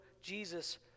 Jesus